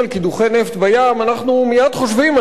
אנחנו מייד חושבים על מפרץ מקסיקו,